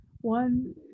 one